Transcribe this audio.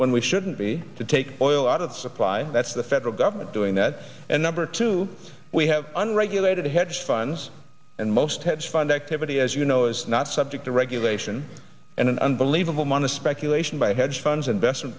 when we shouldn't be to take oil out of supply that's the federal government doing that and number two we have unregulated hedge funds and most hedge fund activity as you know is not subject to regulation and an unbelievable munna speculation by hedge funds investment